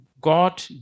God